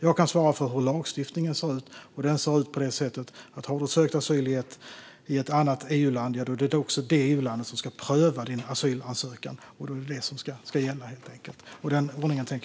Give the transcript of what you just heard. Jag kan svara för hur lagstiftningen ser ut, och den ser ut på följande sätt: Har du sökt asyl i ett annat EU-land är det också det EUlandet som ska pröva din asylansökan, och då är det helt enkelt det som ska gälla.